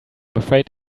afraid